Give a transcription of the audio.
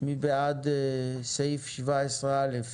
ההצעה אושרה מי בעד סעיף 17א'?